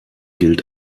gilt